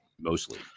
mostly